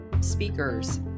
speakers